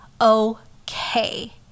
okay